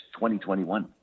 2021